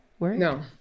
No